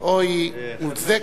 או שהיא מוצדקת,